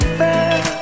fair